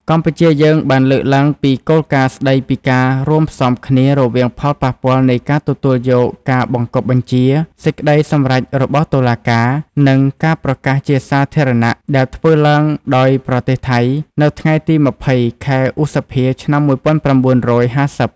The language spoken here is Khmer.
កម្ពុជាយើងបានលើកឡើងពីគោលការណ៍ស្ដីពីការរួមផ្សំគ្នារវាងផលប៉ះពាល់នៃការទទួលយកការបង្គាប់បញ្ជា សេចក្ដីសម្រេចរបស់តុលាការ និង ការប្រកាសជាសាធារណៈដែល ធ្វើឡើងដោយប្រទេសថៃ នៅថ្ងៃទី២០ ខែឧសភា ឆ្នាំ១៩៥០។